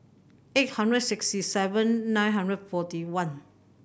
eight hundred sixty seven nine hundred forty one